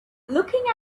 looking